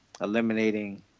eliminating